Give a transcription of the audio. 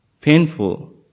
painful